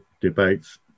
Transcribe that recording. debates